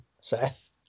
seth